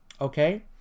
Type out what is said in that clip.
Okay